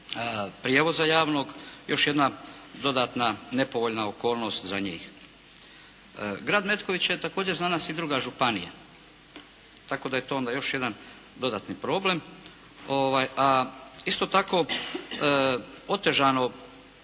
prijevoza javnog još jedna dodatna nepovoljna okolnost za njih. Grad Metković je također za nas i druga županija, tako da je to onda još jedan dodatni problem. Isto tako otežano